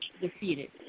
defeated